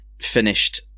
finished